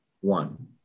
One